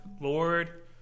Lord